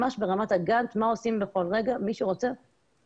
מי שרוצה, קחו ותשתמשו.